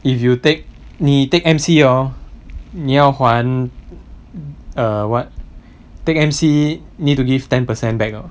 if you take 你 take M_C hor 你要还 err what take M_C need to give ten per cent back lor